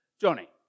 Johnny